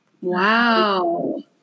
Wow